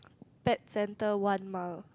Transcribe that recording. pet centre one mile